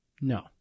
No